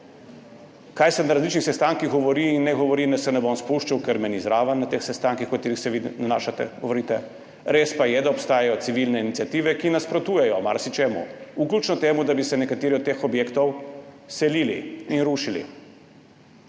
Kaj se na različnih sestankih govori in ne govori, v to se ne bom spuščal, ker me ni zraven na teh sestankih, o katerih vi govorite. Res pa je, da obstajajo civilne iniciative, ki nasprotujejo marsičemu, vključno s tem, da bi se nekateri od teh objektov selili in rušili.